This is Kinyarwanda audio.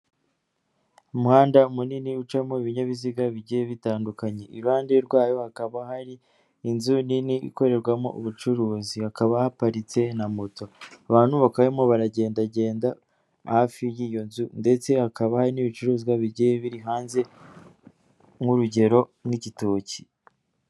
Umuhanda munini ucamo ibinyabiziga bigiye bitandukanye. Iruhande rwayo hakaba hari inzu nini ikorerwamo ubucuruzi hakaba haparitse na moto. Abantu bakabamo baragendagenda hafi y'iyo nzu ndetse hakaba hari n'ibicuruzwa bigiye biri hanze nk'urugero nk'igitoki.